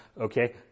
okay